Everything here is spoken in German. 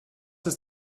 ist